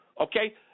okay